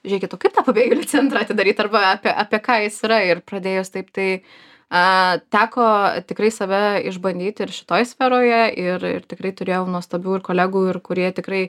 žėkit o kaip tą pabėgėlių centrą atidaryt arba apie apie ką jis yra ir pradėjus taip tai aaa teko tikrai save išbandyt ir šitoj sferoje ir tikrai turėjau nuostabių ir kolegų ir kurie tikrai